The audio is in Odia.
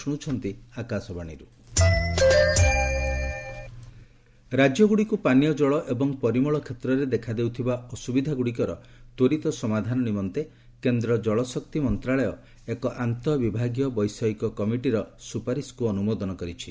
ଜଳଶକ୍ତି ମିନିଷ୍ଟ୍ ରାଜ୍ୟଗୁଡ଼ିକୁ ପାନୀୟ ଜଳ ଏବଂ ପରିମଳ କ୍ଷେତ୍ରରେ ଦେଖାଦେଉଥିବା ଅସୁବିଧାଗୁଡ଼ିକର ତ୍ୱରିତ ସମାଧାନ ନିମନ୍ତେ କେନ୍ଦ୍ର କଳଶକ୍ତି ମନ୍ତ୍ରଣାଳୟ ଏକ ଆନ୍ତଃ ବିଭାଗୀୟ ବୈଷୟିକ କମିଟିର ସୁପାରିସ୍କୁ ଅନୁମୋଦନ କରିଛି